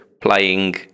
Playing